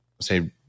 say